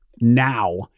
now